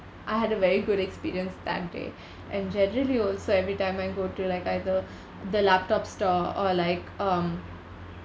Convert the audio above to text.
I had a very good experience that day and generally also every time I go to like either the laptop store or like um